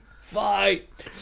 Fight